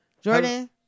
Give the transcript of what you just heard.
Jordan